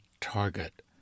target